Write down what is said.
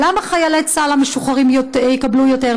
למה חיילי צה"ל המשוחררים יקבלו יותר?